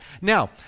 Now